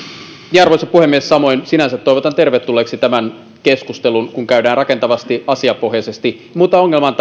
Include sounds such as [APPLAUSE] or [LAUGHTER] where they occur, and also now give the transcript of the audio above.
arvoisa puhemies samoin sinänsä toivotan tervetulleeksi tämän keskustelun kun sitä käydään rakentavasti asiapohjaisesti ongelmaan [UNINTELLIGIBLE]